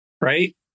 right